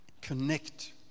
connect